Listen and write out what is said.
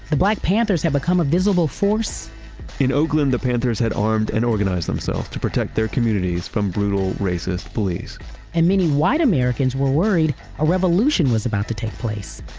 the black panthers have become a visible force in oakland the panthers had armed and organized themselves to protect their communities from brutal racist police and many white americans were worried a revolution was about to take place.